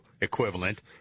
equivalent